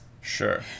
Sure